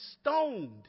stoned